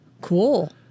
cool